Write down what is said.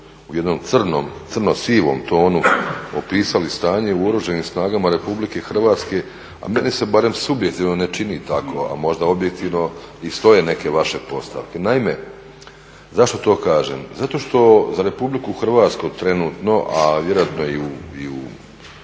u jedno crno-sivom tonu opisali stanje u Oružanim snagama Republike Hrvatske, a meni se barem subjektivno ne čini tako, a možda objektivno i stoje neke vaše postavke. Naime, zašto to kažem? Zato što za Republiku Hrvatsku trenutno, a vjerojatno i u